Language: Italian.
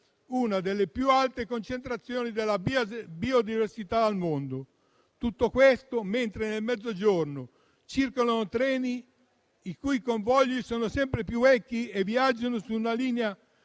una delle più alte concentrazioni di biodiversità al mondo. Tutto questo mentre nel Mezzogiorno circolano treni i cui convogli sono sempre più vecchi e viaggiano su una linea